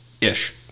ish